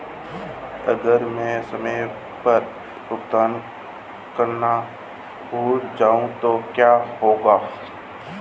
अगर मैं समय पर भुगतान करना भूल जाऊं तो क्या होगा?